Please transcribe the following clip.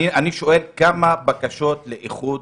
יש לי שאלה אחרת, כמה בקשות של איחוד